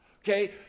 Okay